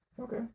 Okay